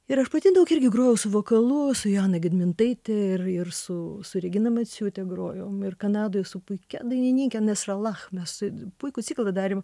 ir aš pati daug irgi grojau su vokalu su joana gedmintaite ir ir su su regina maciūte grojom ir kanadoj su puikia dainininke nesrala mes su puikų ciklą darėm